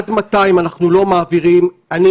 עד מתי אם אנחנו לא מעבירים אני